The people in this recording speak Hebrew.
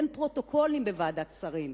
אין פרוטוקולים בוועדת שרים,